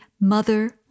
mother